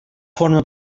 forma